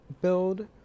build